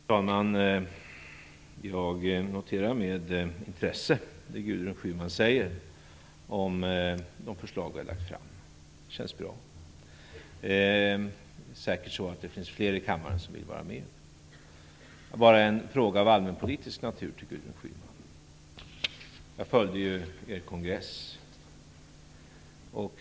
Fru talman! Jag noterar med intresse det Gudrun Schyman säger om de förslag vi har lagt fram. Det känns bra. Det är säkert så att det finns fler i kammaren som vill vara med. Jag har en fråga av allmänpolitisk natur till Gudrun Schyman. Jag följde er kongress.